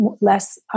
less